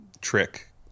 trick